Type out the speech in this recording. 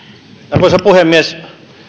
arvoisa puhemies